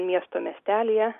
miesto miestelyje